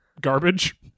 garbage